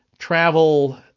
travel